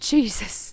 Jesus